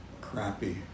crappy